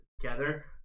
together